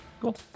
Cool